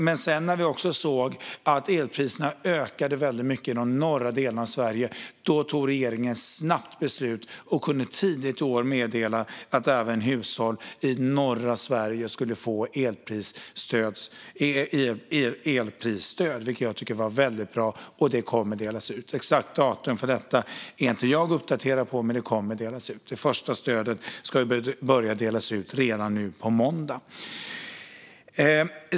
När vi i regeringen sedan såg att elpriserna ökade väldigt mycket i de norra delarna av Sverige tog vi ett snabbt beslut och kunde tidigt i år meddela att även hushåll i norra Sverige skulle få elprisstöd, vilket jag tycker var väldigt bra. Det kommer att delas ut. Exakt datum för detta är jag inte uppdaterad på, men det kommer att delas ut. Det första stödet ska börja delas ut redan nu på måndag.